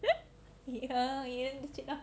ya that's it lah